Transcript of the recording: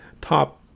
top